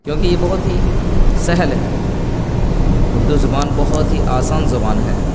کیوں کہ یہ بہت ہی سہل ہے اردو زبان بہت ہی آسان زبان ہے